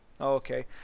Okay